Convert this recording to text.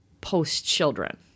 post-children